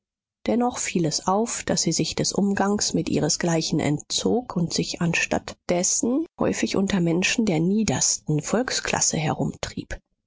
dennoch fiel es auf daß sie sich des umgangs mit ihresgleichen entzog und sich anstatt dessen häufig unter menschen der niedersten volksklasse herumtrieb